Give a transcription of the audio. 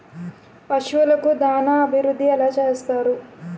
పశువులకు దాన అభివృద్ధి ఎలా చేస్తారు?